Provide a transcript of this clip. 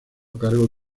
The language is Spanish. cargo